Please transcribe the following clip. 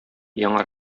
яңа